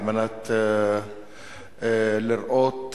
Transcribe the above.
על מנת לראות וללבן,